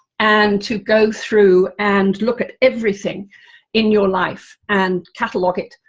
and to go through and look at everything in your life, and catalogue it,